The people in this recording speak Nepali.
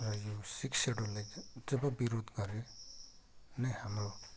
र यो सिक्स सेड्युलले जब विरोध गरे नै हाम्रो